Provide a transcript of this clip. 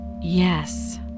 Yes